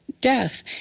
death